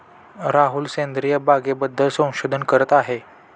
राहुल सेंद्रिय बागेबद्दल संशोधन करत आहे